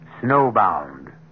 snowbound